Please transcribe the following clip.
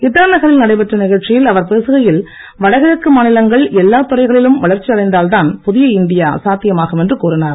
இடா நகரில் நடைபெற்ற நிகழ்ச்சியில் அவர் பேசுகையில் வடகிழக்கு மாநிலங்கள் எல்லாத் துறைகளிலும் வளர்ச்சி அடைந்தால்தான் புதிய இந்தியா சாத்தியமாகும் என்று கூறினார்